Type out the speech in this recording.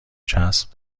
چسب